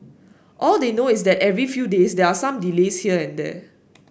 all they know is their every few days there are some delays here and there